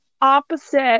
opposite